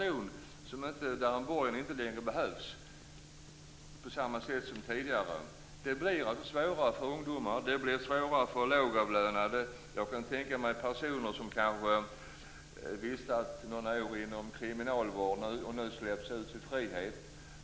Om en borgen inte behövs på samma sätt som tidigare blir det svårare att få bostad för ungdomar, lågavlönade och kanske personer som vistas några år inom kriminalvården och sedan släppts ut i frihet.